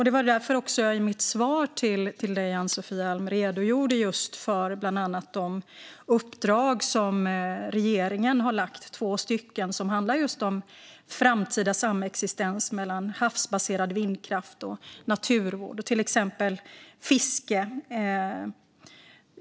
Det var därför jag i mitt svar till dig, Ann-Sofie Alm, redogjorde för bland annat de två uppdrag från regeringen som handlar om just framtida samexistens mellan havsbaserad vindkraft, naturvård och fiske.